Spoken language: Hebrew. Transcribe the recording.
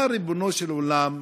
מה, ריבונו של עולם,